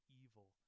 evil